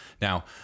Now